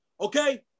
Okay